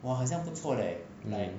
mm